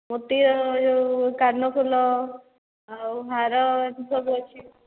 ମୋତି ଯେଉଁ କାନଫୁଲ ଆଉ ହାର ଏମିତି ସବୁ ଅଛି